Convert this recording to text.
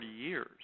years